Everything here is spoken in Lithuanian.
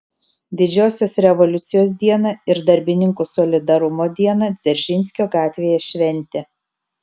didžiosios revoliucijos dieną ir darbininkų solidarumo dieną dzeržinskio gatvėje šventė